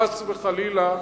חס וחלילה,